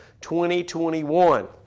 2021